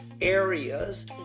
areas